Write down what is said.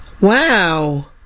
Wow